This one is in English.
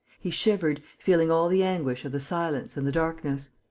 he shivered, feeling all the anguish of the silence and the darkness.